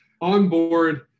onboard